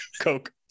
Coke